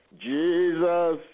Jesus